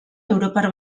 europar